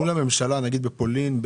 מול הממשלה נגיד בפולין,